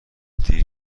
دیر